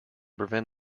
prevent